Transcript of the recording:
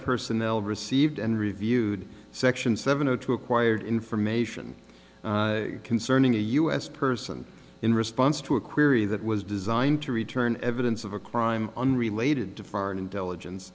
personnel received and reviewed section seven o two acquired information concerning a u s person in response to a query that was designed to return evidence of a crime unrelated to foreign intelligence